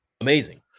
amazing